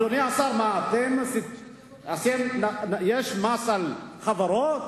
אדוני השר, יש מס על חברות?